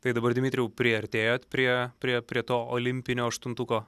tai dabar dmitrijau priartėjot prie prie prie to olimpinio aštuntuko